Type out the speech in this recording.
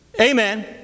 Amen